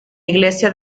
iglesia